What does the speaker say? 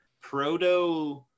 Proto